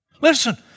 Listen